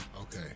Okay